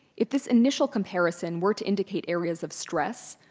if this initial comparison were to indicate areas of stress,